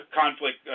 conflict